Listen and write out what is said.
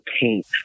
paint